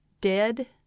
Dead